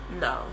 no